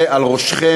זה על ראשכם,